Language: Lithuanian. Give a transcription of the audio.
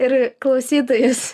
ir klausytojus